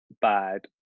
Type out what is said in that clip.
bad